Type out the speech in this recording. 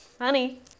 honey